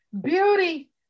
Beauty